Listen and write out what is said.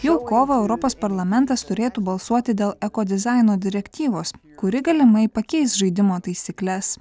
jau kovą europos parlamentas turėtų balsuoti dėl eko dizaino direktyvos kuri galimai pakeis žaidimo taisykles